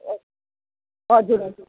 हजुर हजुर